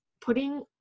Putting